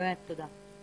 באמת תודה.